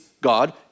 god